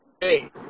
Hey